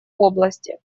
области